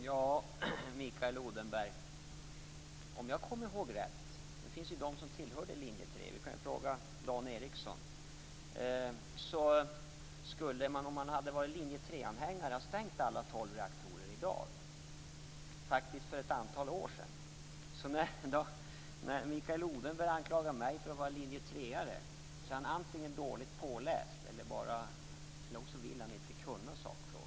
Fru talman! Om jag kommer ihåg rätt, Mikael Odenberg, skulle man om man varit linje 3-anhängare i dag, ja faktiskt för ett antal år sedan, ha stängt alla tolv reaktorer - det finns ju de som tillhörde linje 3 som vi kan fråga, t.ex. Dan Ericsson. Mikael Odenberg anklagar mig för att vara linje 3:are. Då är han antingen dåligt påläst, eller också vill han inte kunna sakfrågan.